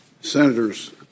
Senators